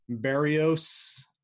Barrios